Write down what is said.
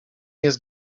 jest